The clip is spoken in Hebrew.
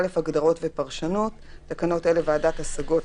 הגדרות ופרשנות 1. בתקנות אלה, "ועדת השגות"